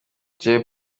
jay